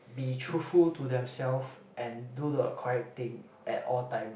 be truthful to themselves and do the correct thing at all time